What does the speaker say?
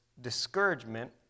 discouragement